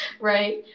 right